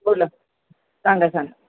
बोला सांगा सांगा